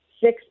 six